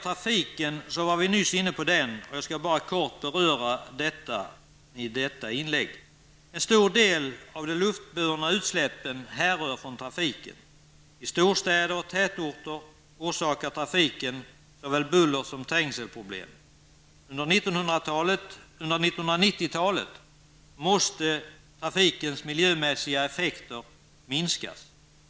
Vi var nyss inne på trafiken, och jag skall bara kortfattat ta upp den. En stor del av de luftburna utsläppen härrör från trafiken. I storstäder och tätorter orsakar trafiken problem såväl när det gäller buller som när det gäller trängsel. Under 1990-talet måste trafikens miljömässiga effekter minskas.